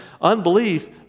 Unbelief